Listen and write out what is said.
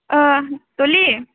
ओ दलि